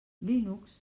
linux